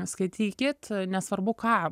skaitykit nesvarbu ką